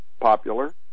popular